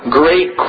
great